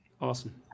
awesome